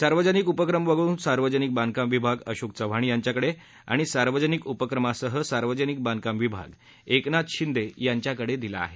सार्वजनिक उपक्रम वगळून सार्वजनिक बांधकाम विभाग अशोक चव्हाण यांच्याकडे आणि सार्वजनिक उपक्रमासह सार्वजनिक बांधकाम विभाग एकनाथ शिंदे यांच्याकडे दिला आहे